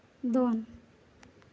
ᱫᱚᱱ